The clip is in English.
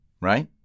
Right